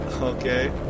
Okay